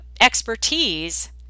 expertise